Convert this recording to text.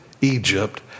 Egypt